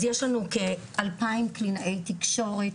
אז יש לנו כאלפיים קלינאי תקשורת,